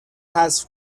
حذف